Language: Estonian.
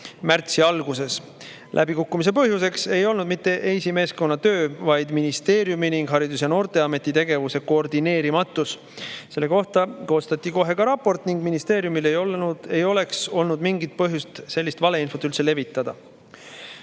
märtsi alguses. Läbikukkumise põhjuseks ei olnud mitte EIS-i meeskonna töö, vaid ministeeriumi ning Haridus- ja Noorteameti tegevuse koordineerimatus. Selle kohta koostati kohe ka raport ning ministeeriumil ei oleks olnud mingit põhjust sellist valeinfot levitada.